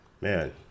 man